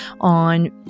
on